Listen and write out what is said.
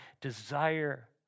desire